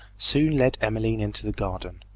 soon led emmeline into the garden.